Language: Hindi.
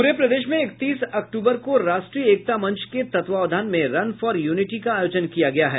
प्रेर प्रदेश में इकतीस अक्टूबर को राष्ट्रीय एकता मंच के तत्वावधान में रन फॉर यूनिटी का आयोजन किया गया है